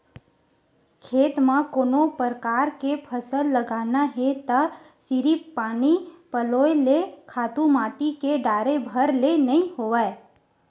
खेत म कोनो परकार के फसल लगाना हे त सिरिफ पानी पलोय ले, खातू माटी के डारे भर ले नइ होवय